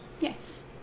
Yes